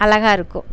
அழகாக இருக்கும்